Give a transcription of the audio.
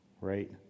right